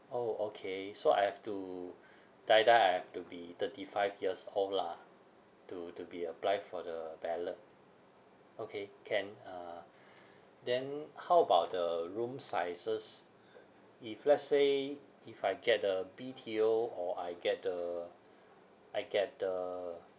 orh okay so I have to die die I have to be thirty five years old lah to to be apply for the ballot okay can uh then how about the room sizes if let's say if I get the B_T_O or I get the I get the